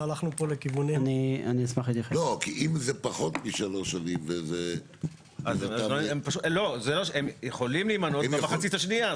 אם זה פחות משלוש שנים --- הם יכולים להימנות במחצית השנייה,